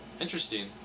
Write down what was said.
Interesting